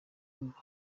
impamvu